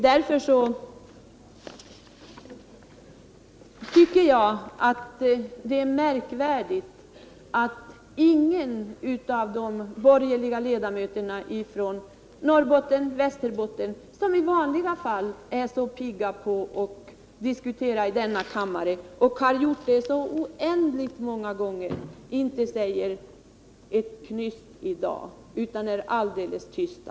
Därför tycker jag att det är märkligt att ingen av de borgerliga ledamöterna från Norrbotten eller Västerbotten, som i vanliga fall är så pigga på att diskutera i denna kammare och har gjort det så oändligt många gånger, inte säger ett knyst i dag utan är alldeles tysta.